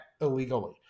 illegally